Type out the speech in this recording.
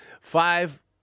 Five